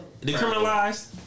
decriminalized